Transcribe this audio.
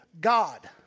God